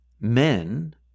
Men